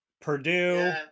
Purdue